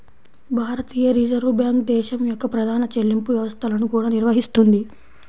భారతీయ Reserve Bank దేశం యొక్క ప్రధాన చెల్లింపు వ్యవస్థలను కూడా నిర్వహిస్తుంది